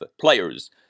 players